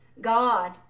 God